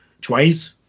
twice